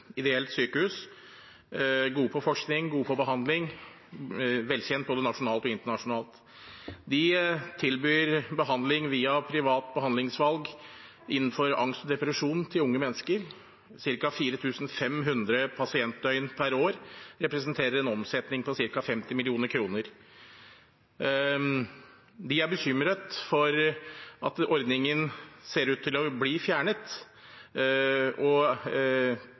ideelt sykehus, gode på forskning, gode på behandling, velkjent både nasjonalt og internasjonalt. De tilbyr behandling via privat behandlingsvalg innenfor angst og depresjon til unge mennesker. De har ca. 4 500 pasientdøgn per år og representerer en omsetning på ca. 50 mill. kr. De er bekymret for at ordningen ser ut til å bli fjernet, og